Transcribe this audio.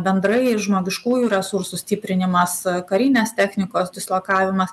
bendrai žmogiškųjų resursų stiprinimas karinės technikos dislokavimas